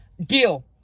deal